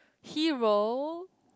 hero